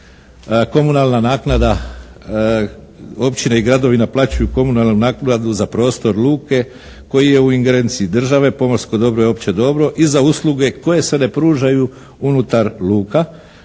komunalna naknada. Općine i gradovi naplaćuju komunalnu naknadu za prostor luke koji je u ingerenciji države, pomorsko dobro i opće dobro i za usluge koje se ne pružaju unutar luka.